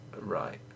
Right